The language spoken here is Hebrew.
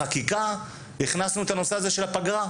בחקיקה הכנסנו את הנושא הזה של הפגרה,